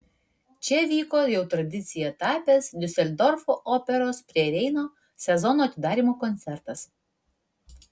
čia vyko jau tradicija tapęs diuseldorfo operos prie reino sezono atidarymo koncertas